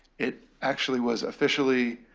it actually was officially